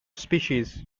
species